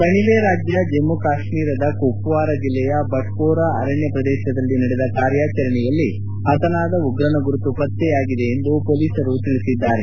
ಕಣಿವೆ ರಾಜ್ಯ ಜಮ್ಮು ಕಾಶ್ಮೀರದ ಕುಪ್ಲಾರಾ ಜಿಲ್ತೆಯ ಬಟ್ಸೋರಾ ಅರಣ್ಯ ಪ್ರದೇಶದಲ್ಲಿ ನಡೆದ ಕಾರ್ಯಾಚರಣೆಯಲ್ಲಿ ಹತನಾದ ಉಗ್ರನ ಗುರುತು ಪತ್ತೆಯಾಗಿದೆ ಎಂದು ಪೊಲೀಸರು ತಿಳಿಸಿದ್ದಾರೆ